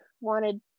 wanted